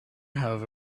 however